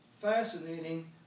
fascinating